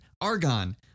argon